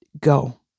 go